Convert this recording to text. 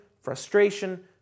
frustration